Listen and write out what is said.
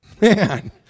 Man